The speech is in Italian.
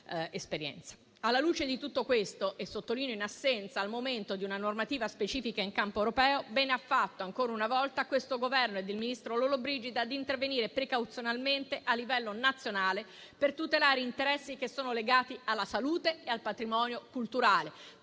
Alla luce di tutto questo e, sottolineo, in assenza, al momento, di una normativa specifica in campo europeo, bene hanno fatto ancora una volta il Governo e il ministro Lollobrigida a intervenire precauzionalmente a livello nazionale per tutelare interessi legati alla salute e al patrimonio culturale.